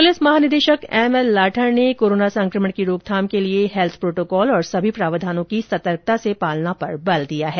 police महानिदेशक ML Lathar ने corona संक्रमण की रोकथाम के लिए हैल्थ प्रोटोकाल और समस्त प्रावधानों की सर्तकता से पालना पर बल दिया है